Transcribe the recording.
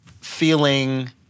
feeling